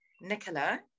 nicola